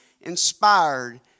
inspired